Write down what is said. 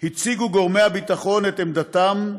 הציגו גורמי הביטחון את עמדתם,